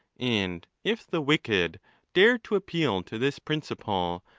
and if the wicked dare to appeal to this principle,